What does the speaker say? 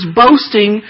boasting